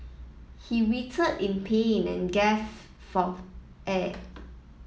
he writhed in pain and gaff forth air